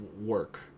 work